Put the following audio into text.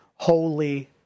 Holy